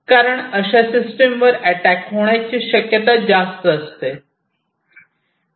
कारण अशा सिस्टीमवर अटॅक होण्याचे शक्यता जास्त असते